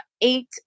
eight